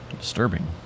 Disturbing